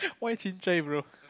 why chin-cai bro